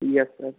yes sir